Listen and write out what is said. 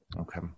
Okay